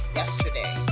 yesterday